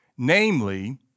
Namely